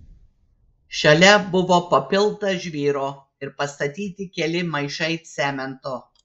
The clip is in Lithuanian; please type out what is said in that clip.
šalia buvo papilta žvyro ir pastatyti keli maišai cemento